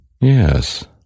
Yes